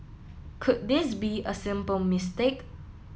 could this be a simple mistake